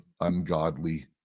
ungodly